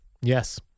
yes